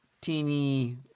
teeny